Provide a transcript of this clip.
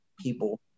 people